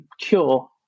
cure